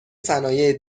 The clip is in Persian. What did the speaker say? صنایع